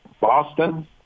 Boston